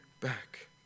back